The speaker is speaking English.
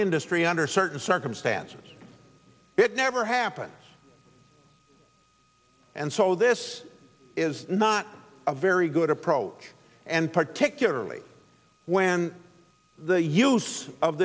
industry under certain circumstances it never happens and so this is not a very good approach and particularly when the use of